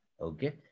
Okay